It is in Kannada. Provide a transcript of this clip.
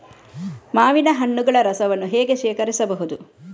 ಮಾವಿನ ಹಣ್ಣುಗಳ ರಸವನ್ನು ಹೇಗೆ ಶೇಖರಿಸಬಹುದು?